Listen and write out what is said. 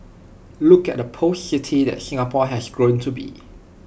look at the post city that Singapore had grown to be